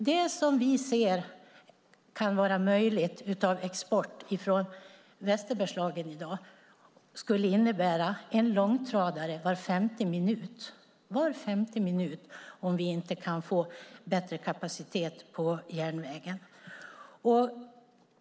Det vi ser kan vara möjligt i form av export från Västerbergslagen i dag skulle innebära en långtradare var femte minut om vi inte kan få bättre kapacitet på järnvägen.